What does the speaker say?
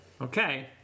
Okay